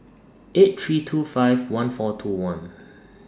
eight three two five one four two one